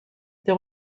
des